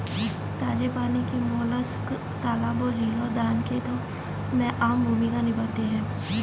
ताजे पानी के मोलस्क तालाबों, झीलों, धान के खेतों में आम भूमिका निभाते हैं